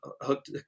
hooked